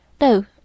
No